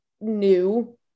new